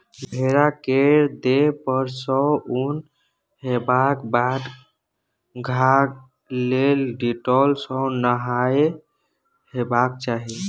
भेड़ा केर देह पर सँ उन हटेबाक बाद घाह लेल डिटोल सँ नहाए देबाक चाही